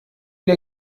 der